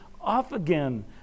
off-again